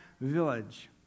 village